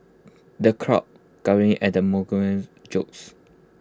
the crowd guffawed at the jokes